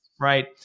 right